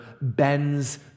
bends